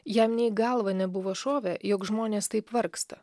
jam nė į galvą nebuvo šovę jog žmonės taip vargsta